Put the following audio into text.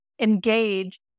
engage